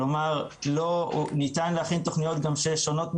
כלומר ניתן להכין תוכניות גם ששונות ממנו,